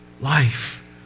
life